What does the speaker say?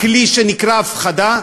הכלי שנקרא הפחדה,